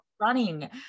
running